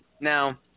now